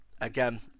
Again